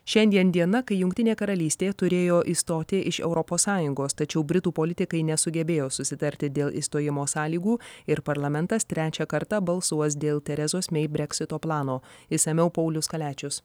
šiandien diena kai jungtinė karalystė turėjo išstoti iš europos sąjungos tačiau britų politikai nesugebėjo susitarti dėl išstojimo sąlygų ir parlamentas trečią kartą balsuos dėl teresos mei breksito plano išsamiau paulius kaliačius